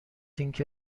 اینکه